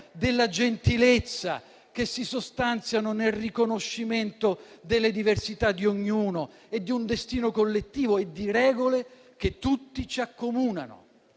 della gentilezza, che si sostanziano nel riconoscimento delle diversità di ognuno e di un destino collettivo e di regole che tutti ci accomunano.